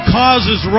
causes